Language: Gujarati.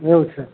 એવું છે